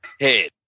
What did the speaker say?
head